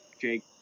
Jake